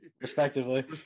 Respectively